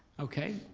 okay,